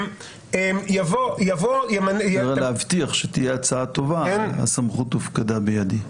כדי להבטיח שתהיה הצעה טובה הסמכות הופקדה בידי.